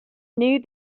knew